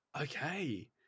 Okay